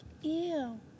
ew